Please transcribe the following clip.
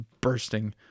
bursting